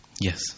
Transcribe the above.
yes